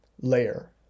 layer